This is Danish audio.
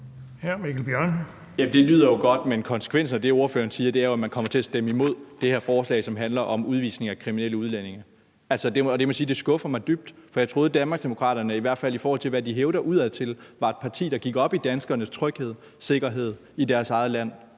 Det lyder jo godt, men konsekvensen af det, ordføreren siger, er, at man kommer til at stemme imod det her forslag, som handler om udvisning af kriminelle udlændinge. Og det må jeg sige skuffer mig dybt, for jeg troede, at Danmarksdemokraterne – i hvert fald i forhold til hvad de hævder udadtil – var et parti, der gik op i danskernes tryghed og sikkerhed i deres eget land.